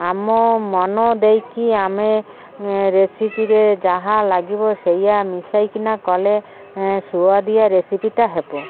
ଆମ ମନ ଦେଇକି ଆମେ ରେସିପିରେ ଯାହା ଲାଗିବ ସେଇଆ ମିଶାଇକିନା କଲେ ସୁଆଦିଆ ରେସିପିଟା ହେବ